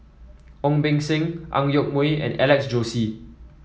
Ong Beng Seng Ang Yoke Mooi and Alex Josey